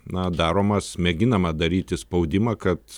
na daromas mėginama daryti spaudimą kad